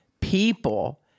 people